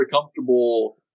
comfortable